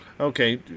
Okay